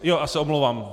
Já se omlouvám.